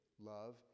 love